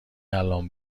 الان